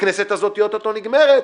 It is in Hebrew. הכנסת הזאת היא או-טו-טו נגרמת.